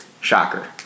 Shocker